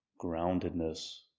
groundedness